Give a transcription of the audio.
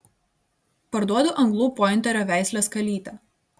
parduodu anglų pointerio veislės kalytę